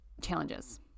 challenges